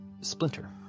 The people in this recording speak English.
Splinter